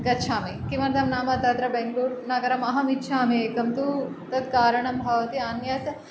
गच्छामि किमर्तं नाम तत्र बेङ्ग्लूर् नगरमहमिच्छामि एकं तु तत् कारणं भवति अन्यत्